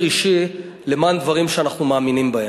אישי למען דברים שאנחנו מאמינים בהם.